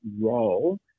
role